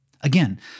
Again